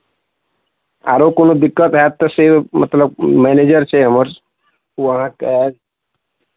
आरो कोनो दिक्कत हएत तऽ से मतलब मैनेजर छै हमर ओ अहाँकेँ